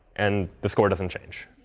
and the score doesn't change.